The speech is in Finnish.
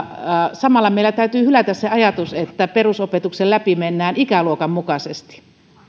samalla meillä täytyy hylätä se ajatus että perusopetuksen läpi mennään ikäluokan mukaisesti